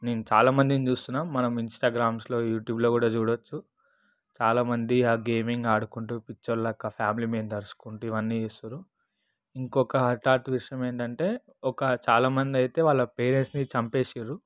నేను చాలా మందిని చూస్తున్నాము మనం ఇంస్టాగ్రామ్స్లో యూట్యూబ్లో కూడా చూడవచ్చు చాలా మంది ఆ గేమింగ్ ఆడుకుంటూ పిచ్చివాళ్ళ లెక్క ఫ్యామిలీ మీద అరుచు కుంటూ ఇవన్నీ చేస్తున్నారు ఇంకొక హఠాత్ విషయం ఏంటంటే ఒక చాలా మంది అయితే వాళ్ళ పేరెంట్స్ని చంపేసారు